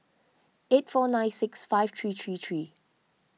eight four nine six five three three three